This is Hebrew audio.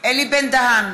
אלי בן-דהן,